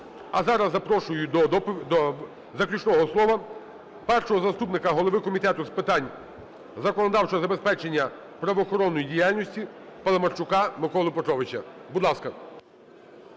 А зараз запрошую до заключного слова першого заступника голови Комітету з питань законодавчого забезпечення правоохоронної діяльності Паламарчука Миколу Петровича, будь ласка.